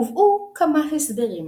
הובאו כמה הסברים.